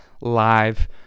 live